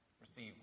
receive